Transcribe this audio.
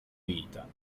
vita